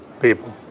people